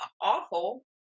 awful